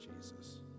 jesus